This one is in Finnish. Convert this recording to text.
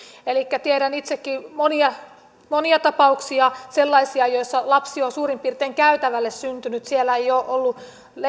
elikkä tiedän itsekin monia sellaisia tapauksia joissa lapsi on suurin piirtein käytävälle syntynyt siellä ei ole ollut